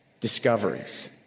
discoveries